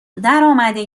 درآمده